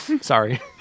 Sorry